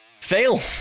Fail